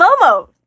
Momo